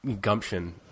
gumption